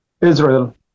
Israel